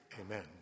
Amen